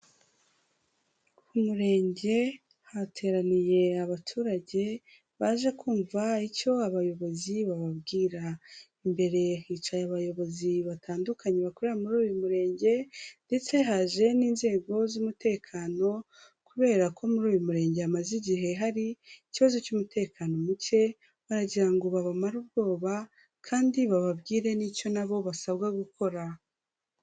Ku murenge hateraniye abaturage baje kumva icyo abayobozi bababwira, imbere hicaye abayobozi batandukanye bakorera muri uyu murenge, ndetse haje n'inzego z'umutekano, kubera ko muri uyu murenge hamaze igihe hari ikibazo cy'umutekano muke, baragira ngo babamare ubwoba, kandi bababwire n'icyo nabo basabwa gukora.